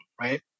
right